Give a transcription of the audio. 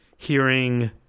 Hearing